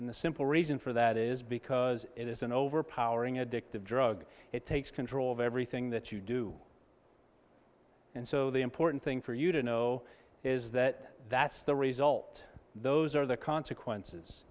in the simple reason for that is because it is an overpowering addictive drug it takes control of everything that you do and so the important thing for you to know is that that's the result those are the consequences